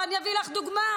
ואני אתן לך דוגמה.